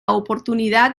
oportunidad